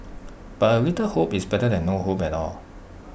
but A little hope is better than no hope at all